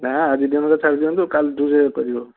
ନା ଆଜି ଦିନଟା ଛାଡି ଦିଅନ୍ତୁ କାଲିଠୁ ସେ କରିବ